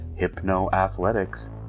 HypnoAthletics